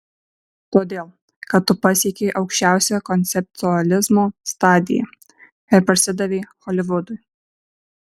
todėl kad tu pasiekei aukščiausią konceptualizmo stadiją ir parsidavei holivudui